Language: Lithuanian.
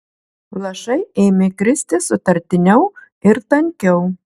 lašai ėmė kristi sutartiniau ir tankiau